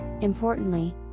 importantly